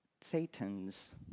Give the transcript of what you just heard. Satans